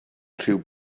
rhyw